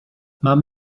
mam